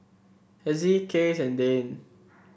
Hezzie Case and Dane